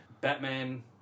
Batman